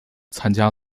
参加